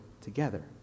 together